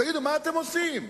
תגידו, מה אתם עושים?